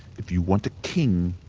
if you want a king.